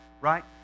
right